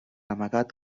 amagat